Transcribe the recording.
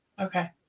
Okay